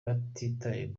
batitaye